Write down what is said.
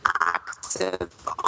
active